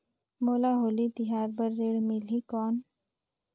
मोला होली तिहार बार ऋण मिलही कौन?